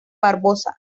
barbosa